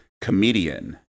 comedian